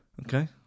Okay